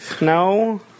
No